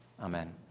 Amen